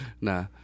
nah